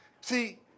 See